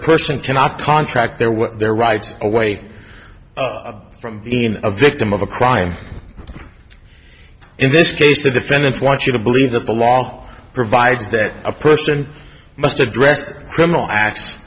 person cannot contract their what their rights away from being a victim of a crime in this case the defendants want you to believe that the law provides that a person must address the criminal acts